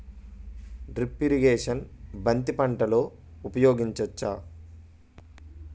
Drip irrigation బంతి పంటలో ఊపయోగించచ్చ?